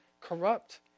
corrupt